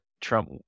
Trump